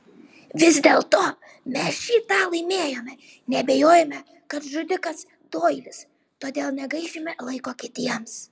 vis dėlto mes šį tą laimėjome nebeabejojame kad žudikas doilis todėl negaišime laiko kitiems